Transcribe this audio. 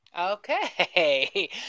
Okay